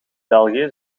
belgië